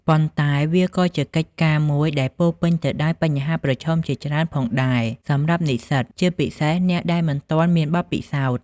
ប៉ុន្តែវាក៏ជាកិច្ចការមួយដែលពោរពេញទៅដោយបញ្ហាប្រឈមជាច្រើនផងដែរសម្រាប់និស្សិត ជាពិសេសអ្នកដែលមិនទាន់មានបទពិសោធន៍។